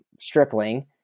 Stripling